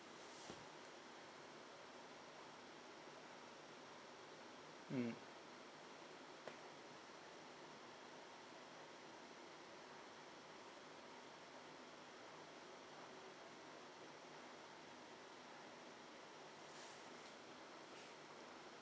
mm